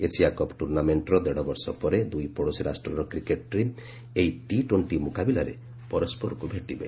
Asia Cup ଟୁର୍ଷାମେଣ୍ଟର ଦେଢ଼ ବର୍ଷ ପରେ ଦୁଇ ପଡ଼ୋଶୀ ରାଷ୍ଟ୍ରର କ୍ରିକେଟ୍ ଟିମ୍ ଏହି ଟି ଟ୍ୱେଷ୍ଟି ମୁକାବିଲାରେ ପରସରକୁ ଭେଟିବେ